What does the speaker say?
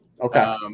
Okay